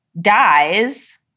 dies